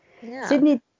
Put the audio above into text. Sydney